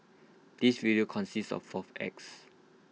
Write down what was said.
this video consists of four acts